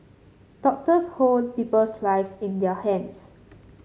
doctors hold people's lives in their hands